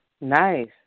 Nice